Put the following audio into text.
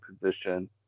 position